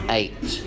eight